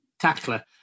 tackler